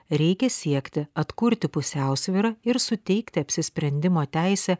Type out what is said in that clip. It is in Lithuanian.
reikia siekti atkurti pusiausvyrą ir suteikti apsisprendimo teisę